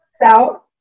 Out